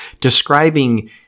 describing